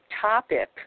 topic